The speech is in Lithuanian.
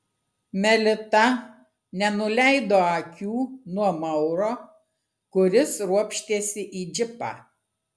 melita nenuleido akių nuo mauro kuris ropštėsi į džipą